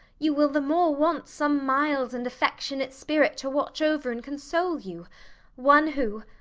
you will the more want some mild and affectionate spirit to watch over and console you one who,